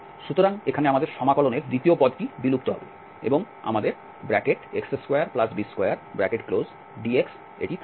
সুতরাং এখানে আমাদের সমাকলনের দ্বিতীয় পদটি বিলুপ্ত হবে এবং আমাদের x2b2dx থাকবে